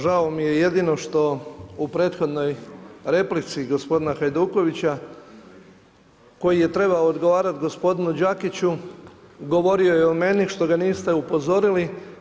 Žao mi je jedino što u prethodnoj replici gospodina Hajdukovića koji je trebao odgovarati gospodinu Đakiću govorio je on meni što ga niste upozorili.